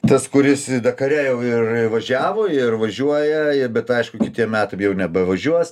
tas kuris dakare jau ir važiavo ir važiuoja ir bet aišku kitiem metam jau nebevažiuos